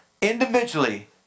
individually